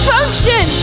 Function